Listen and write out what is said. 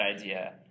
idea